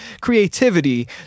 creativity